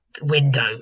window